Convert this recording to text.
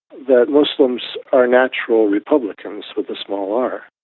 that muslims are natural republicans with a small r.